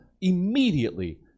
immediately